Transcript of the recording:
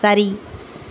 சரி